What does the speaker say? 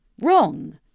Wrong